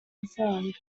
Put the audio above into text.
performed